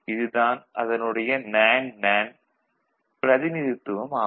இது தான் அதனுடைய நேண்டு நேண்டு பிரதிநிதித்துவம் ஆகும்